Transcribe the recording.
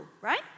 right